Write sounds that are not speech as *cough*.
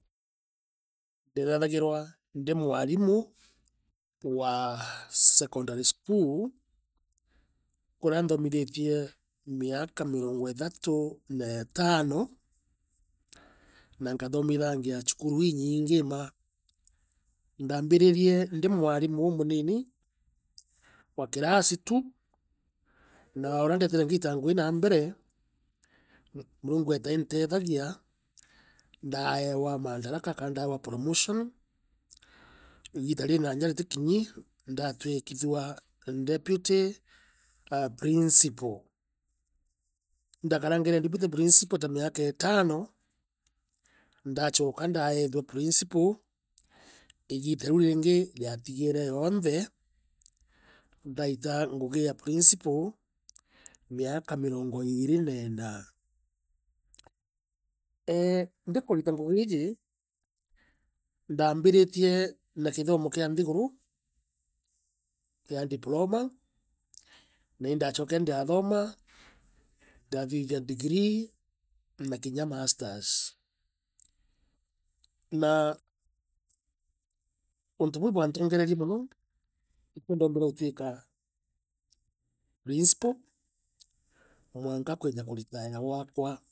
Ndireethagirwa ndi mwarimu *noise* wa Secondary school kuria nthoomithitie miaka mirongo ithatu neetano, na nkathomithangia cukuru inyiinge maa. Ndaambiririe ndii mwarimu uumuniini wa kirasi tu, na urea ndeetire ngiita ngugi na mbere, murungu eeta eentethagia, ndaeewa maandaraka ka ndaeewa promotion, iigita riraja ritikinyi, ndatwikithua deputy, aah principal. Indakarangire deputy principal ta miaketano, ndachooka ndaaethua principal, igita riu ringi riatigere yonthe, ndaita ngugi ya principal, miaka mirongo iiri na iina. Eeeh, ndikurita ngugi iiji, ndaambiritie na kithomo kia nthiguru, kia diploma, na indachookere ndirathoma ndathithia degree, na kinya masters. Naa *noise* untu buu ibwantongerie mono ikio ndombere utuika principal mwanka kuija kuritaya gwaakwa.